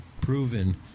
proven